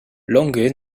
longe